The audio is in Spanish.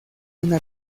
una